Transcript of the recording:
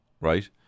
right